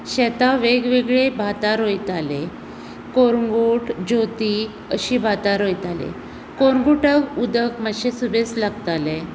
शेतां वेग वेगळीं भातां रोयताले कोरंगूट ज्योती अशीं भातां रोयताले कोरगुटाक उदक मात्शें सुबेज लागताले